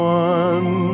one